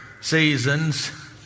seasons